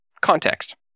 context